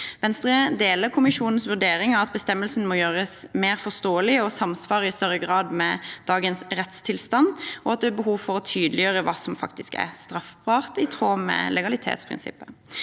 Venstre deler kommisjonens vurdering av at bestemmelsen må gjøres mer forståelig og i større grad samsvare med dagens rettstilstand, og at det er behov for å tydeliggjøre hva som faktisk er straffbart, i tråd med legalitetsprinsippet.